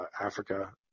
Africa